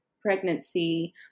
pregnancy